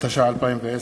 התש"ע 2010,